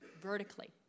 vertically